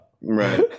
Right